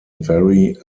vary